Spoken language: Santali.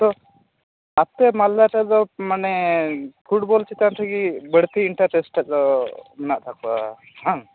ᱛᱚ ᱟᱯᱮ ᱢᱟᱞᱫᱟ ᱨᱮᱫᱚ ᱢᱟᱱᱮ ᱯᱷᱩᱴᱵᱚᱞ ᱪᱮᱛᱟᱱ ᱨᱮᱜᱮ ᱵᱟᱹᱲᱛᱤ ᱤᱱᱴᱟᱨᱮ ᱥᱴ ᱫᱚ ᱢᱮᱱᱟᱜ ᱛᱟᱠᱚᱣᱟ ᱵᱟᱝ